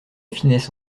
finesse